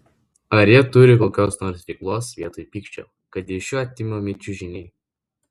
ar jie turi kokios nors veiklos vietoj pykčio kad iš jų atimami čiužiniai